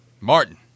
Martin